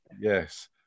Yes